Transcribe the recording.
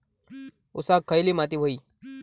ऊसाक खयली माती व्हयी?